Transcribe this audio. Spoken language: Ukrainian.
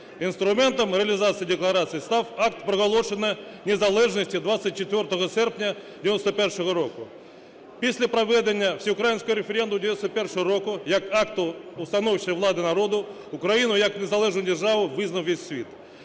Інструментом реалізації декларації став Акт проголошення незалежності 24 серпня 91-го року. Після проведення всеукраїнського референдуму 91-го року як акту установчої влади народу Україну як незалежну державу визнав весь світ.